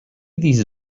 these